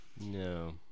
No